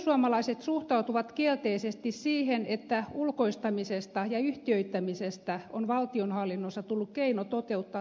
perussuomalaiset suhtautuvat kielteisesti siihen että ulkoistamisesta ja yhtiöittämisestä on valtionhallinnossa tullut keino toteuttaa tuottavuusohjelmaa